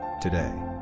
today